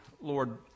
Lord